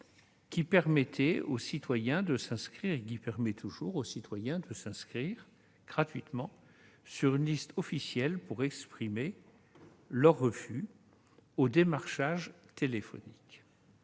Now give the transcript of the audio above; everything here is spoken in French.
qui permet aux citoyens de s'inscrire gratuitement sur une liste officielle pour exprimer leur refus du démarchage téléphonique.